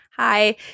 Hi